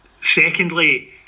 Secondly